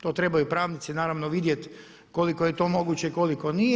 To trebaju pravnici naravno vidjeti koliko je to moguće i koliko nije.